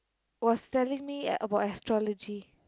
was telling me about astrology